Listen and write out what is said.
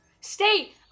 Stay